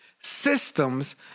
Systems